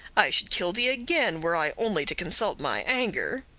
i should kill thee again, were i only to consult my anger.